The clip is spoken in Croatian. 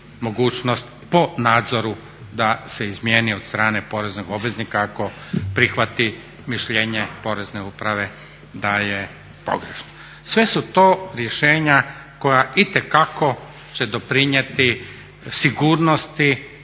mogućnost po nadzoru da se izmijeni od strane poreznog obveznika ako prihvati mišljenje Porezne uprave da je pogrešno. Sve su to rješenja koja itekako će doprinijeti sigurnosti